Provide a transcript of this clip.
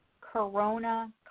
corona